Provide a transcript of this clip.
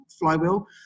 flywheel